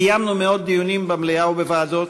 קיימנו מאות דיונים במליאה ובוועדות,